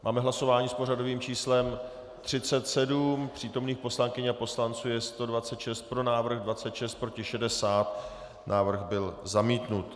Máme hlasování s pořadovým číslem 37, přítomných poslankyň a poslanců je 126, pro návrh 26, proti 60, návrh byl zamítnut.